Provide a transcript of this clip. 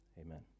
amen